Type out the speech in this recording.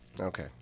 Okay